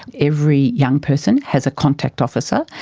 every young person has a contact officer.